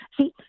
See